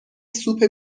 سوپ